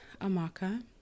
Amaka